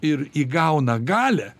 ir įgauna galią